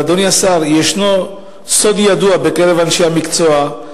אבל, אדוני השר, יש סוד ידוע בקרב אנשי המקצוע,